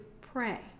pray